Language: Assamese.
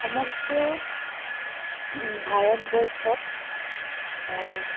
সমগ্ৰ ভাৰতবৰ্ষত